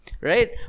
right